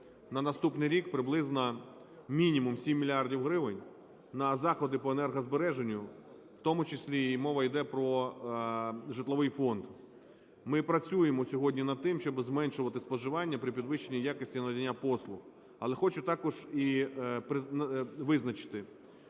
на наступний рік приблизно, мінімум, 7 мільярдів гривень на заходи по енергозбереженню, в тому числі і мова йде про житловий фонд. Ми працюємо сьогодні над тим, щоби зменшувати споживання при підвищенні якості надання послуг. Але хочу також і визначити,